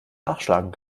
nachschlagen